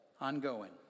ongoing